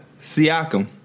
Siakam